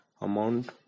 amount